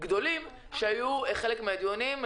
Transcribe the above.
גדולים היו חלק מן הדיונים.